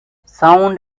sound